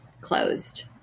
closed